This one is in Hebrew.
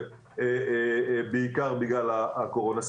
בעיקר בגלל הקורונה.